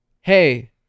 hey